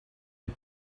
les